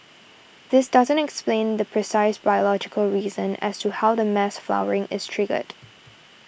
this doesn't explain the precise biological reason as to how the mass flowering is triggered